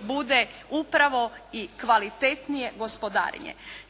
bude upravo i kvalitetnije gospodarenje.